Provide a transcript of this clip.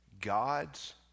God's